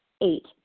Eight